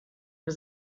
his